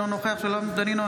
אינו נוכח שלום דנינו,